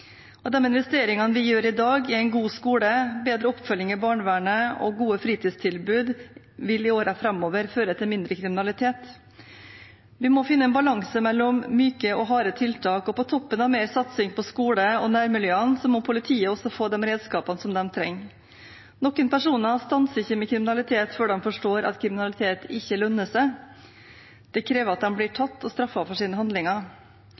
investeringene vi gjør i dag i en god skole, bedre oppfølging i barnevernet og gode fritidstilbud, vil i årene framover føre til mindre kriminalitet. Vi må finne en balanse mellom myke og harde tiltak, og på toppen av mer satsing på skole og nærmiljøene må politiet også få de redskapene som de trenger. Noen personer stanser ikke med kriminalitet før de forstår at kriminalitet ikke lønner seg. Det krever at de blir tatt og straffet for sine handlinger.